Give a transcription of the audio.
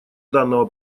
данного